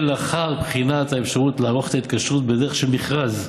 לאחר בחינת האפשרות לערוך את ההתקשרות בדרך של מכרז,